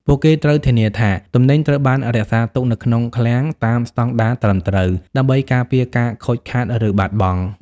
ពួកគេត្រូវធានាថាទំនិញត្រូវបានរក្សាទុកនៅក្នុងឃ្លាំងតាមស្តង់ដារត្រឹមត្រូវ ដើម្បីការពារការខូចខាត ឬបាត់បង់។